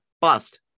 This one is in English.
Bust